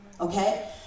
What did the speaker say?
Okay